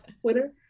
Twitter